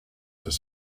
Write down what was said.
his